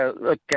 look